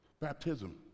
Baptism